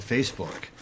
Facebook